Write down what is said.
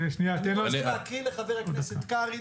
אני רוצה להקריא לחבר הכנסת קרעי,